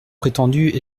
prétendu